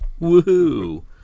Woohoo